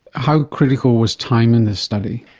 how critical was time in this study?